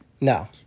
No